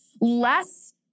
less